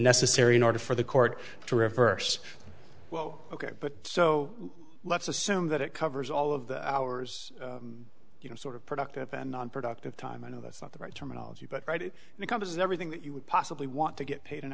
necessary in order for the court to reverse well ok but so let's assume that it covers all of the hours you know sort of productive and nonproductive time i know that's not the right terminology but right it becomes everything that you would possibly want to get paid an